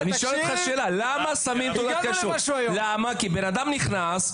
שמים תעודת כשרות כי בן אדם נכנס,